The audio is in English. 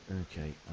okay